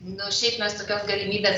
nu šiaip mes gal galimybės